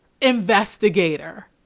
investigator